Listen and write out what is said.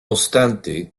obstante